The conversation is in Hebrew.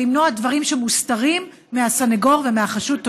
למנוע דברים שמוסתרים מהסנגור ומהחשוד?